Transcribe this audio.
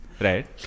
right